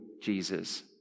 Jesus